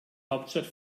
hauptstadt